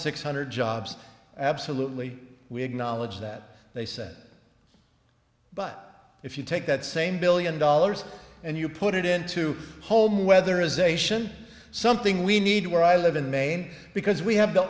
six hundred jobs absolutely we acknowledge that they said but if you take that same billion dollars and you put it into home whether ization something we need where i live in maine because we have the